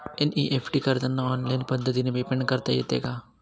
NEFT करताना online पद्धतीने payment करता येते का?